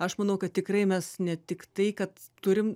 aš manau kad tikrai mes ne tik tai kad turim